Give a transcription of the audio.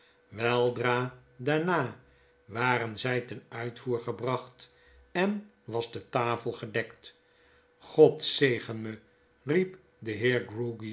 weldra daarna waren zij ten nitvoer gebracht en was de tafel gedekt god zegen me l riep de